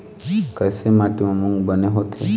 कइसे माटी म मूंग बने होथे?